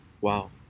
Wow